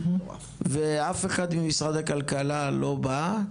ואף אחד ממשרד הכלכלה לא בא,